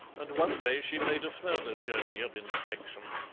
and one day she made a further journey of inspection.